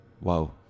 wow